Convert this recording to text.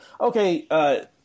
okay